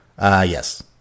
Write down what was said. Yes